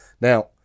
Now